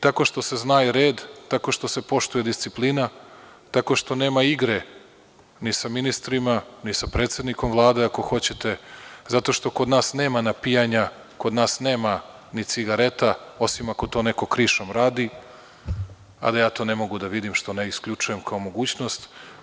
Tako što se zna red, tako što se poštuje disciplina, tako što nema igre ni sa ministrima ni sa predsednikom Vlade, ako hoćete, zato što kod nas nema napijanja, kod nas nema ni cigareta, osim ako to neko krišom radi, a da ja to ne mogu da vidim, što ne isključujem kao mogućnost.